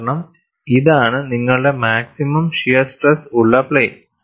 കാരണം ഇതാണ് നിങ്ങളുടെ മാക്സിമം ഷിയർ സ്ട്രെസ് ഉള്ള പ്ലെയിൻ